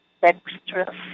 dexterous